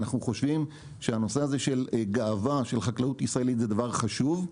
אנחנו חושבים שהנושא הזה של גאווה של חקלאות ישראלית זה דבר חשוב,